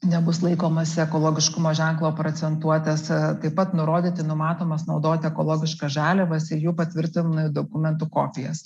nebus laikomasi ekologiškumo ženklo procentuotės taip pat nurodyti numatomas naudoti ekologiškas žaliavas ir jų patvirtin dokumentų kopijas